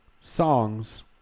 songs